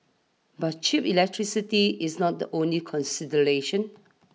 but cheap electricity is not the only consideration